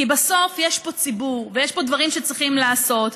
כי בסוף יש פה ציבור ויש פה דברים שצריכים לעשות.